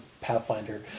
Pathfinder